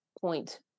point